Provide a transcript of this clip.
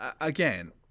again